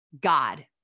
God